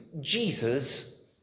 Jesus